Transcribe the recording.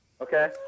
Okay